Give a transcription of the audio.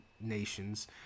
nations